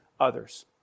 others